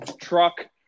truck